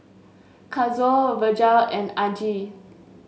Kazuo Virgel and Aggie